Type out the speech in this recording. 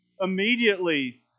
Immediately